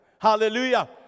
Hallelujah